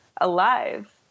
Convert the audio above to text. alive